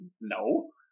No